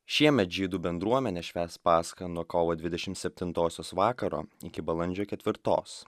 šiemet žydų bendruomenė švęs paschą nuo kovo dvidešimt septintosios vakaro iki balandžio ketvirtos